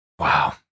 Wow